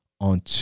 on